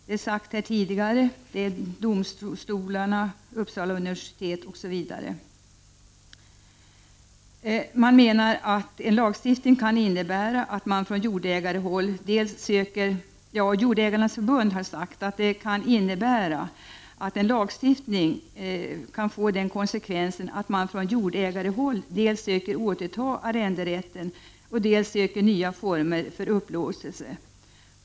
Det gäller då — som tidigare har sagts här — exempelvis domstolarna och Uppsala universitet. Jordägareförbundet har sagt att en lagstiftning kan få den konsekvensen att man från jordägarhåll dels söker återta arrenderätten, dels söker nya former för upplåtelse.